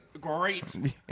great